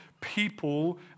people